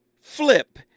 flip